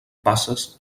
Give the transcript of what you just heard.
basses